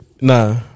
Nah